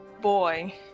boy